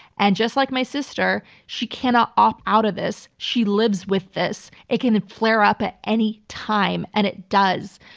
and just like my sister, she cannot opt out of this. she lives with this. it can flare up at any time, and it does,